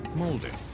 molded.